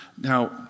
Now